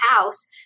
house